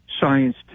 science